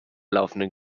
laufenden